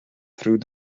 through